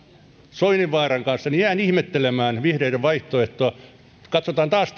soininvaaran kanssa niin jään ihmettelemään vihreiden vaihtoehtoa katsotaan taas